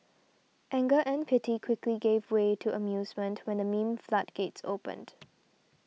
anger and pity quickly gave way to amusement when the meme floodgates opened